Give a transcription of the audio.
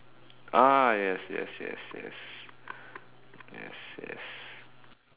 ah yes yes yes yes yes yes